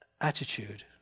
attitude